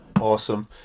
Awesome